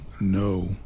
No